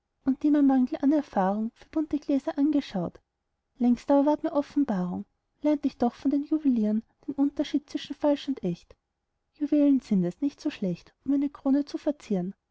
und die mein mangel an erfahrung für bunte gläser angeschaut längst aber ward mir offenbarung lernt ich doch von den juwelieren den unterschied von falsch und echt juwelen sind es nicht zu schlecht um eine krone zu verzieren